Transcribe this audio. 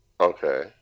Okay